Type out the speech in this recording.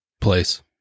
place